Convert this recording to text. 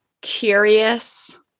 curious